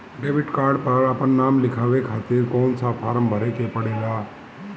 Debit card पर आपन नाम लिखाये खातिर कौन सा फारम भरे के पड़ेला?